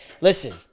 listen